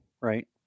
Right